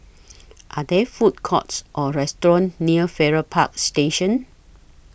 Are There Food Courts Or restaurants near Farrer Park Station